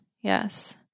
Yes